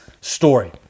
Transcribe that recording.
story